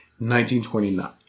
1929